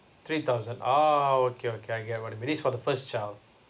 three thousand ah okay okay I get what you mean it's for the first child